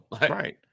Right